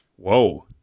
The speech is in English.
Whoa